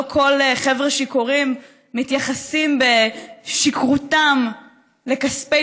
לא כל חבר'ה שיכורים מתייחסים בשכרותם לכספי